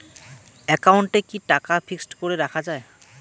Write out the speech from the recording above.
একাউন্টে কি টাকা ফিক্সড করে রাখা যায়?